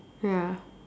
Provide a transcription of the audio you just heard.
ya